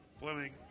Fleming